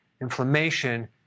inflammation